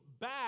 back